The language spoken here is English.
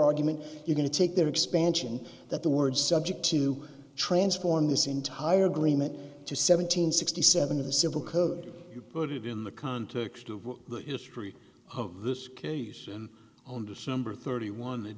argument you're going to take their expansion that the word subject to transform this entire agreement to seven hundred sixty seven of the civil code you put it in the context of what the history of this case and on december thirty one th